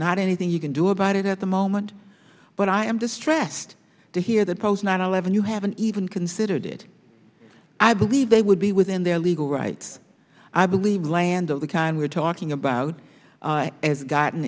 not anything you can do about it at the moment but i am distressed to hear that post nine eleven you haven't even considered it i believe they would be within their legal rights i believe land of the kind we're talking about as gotten